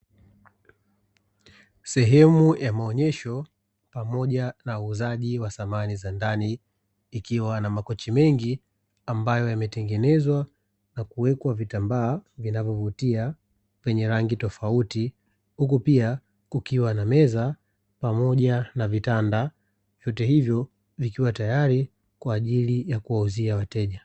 Sehemu ya maonyesho pamoja na uuzaji wa samani za ndani, ikiwa na makochi mengi ambayo yametengenezwa na kuwekwa vitambaa vinavyovutia vyenye rangi tofauti, huku pia kukiwa na meza pamoja na vitanda, vyote hivyo vikiwa tayari kwa ajili ya kuwauzia wateja.